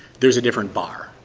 there's a different bar.